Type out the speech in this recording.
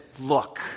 look